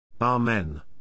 Amen